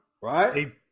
Right